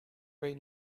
right